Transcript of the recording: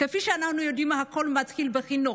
כפי שאנחנו יודעים, הכול מתחיל בחינוך.